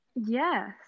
Yes